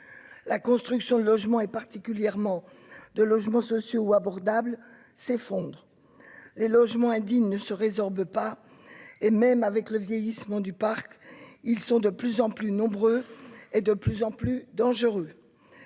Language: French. la construction de logements est particulièrement de logements sociaux ou abordables s'effondre, les logements indignes ne se résorbe pas et même avec le vieillissement du parc, ils sont de plus en plus nombreux et de plus en plus dangereux,